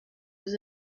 was